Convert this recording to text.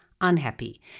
unhappy